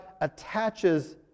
attaches